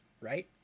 right